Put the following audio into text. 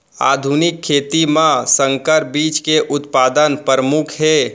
आधुनिक खेती मा संकर बीज के उत्पादन परमुख हे